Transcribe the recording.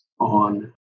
on